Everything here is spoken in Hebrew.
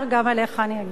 גם אליך אני אגיע,